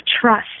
trust